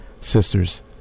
sisters